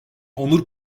onur